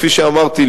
כפי שאמרתי,